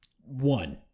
One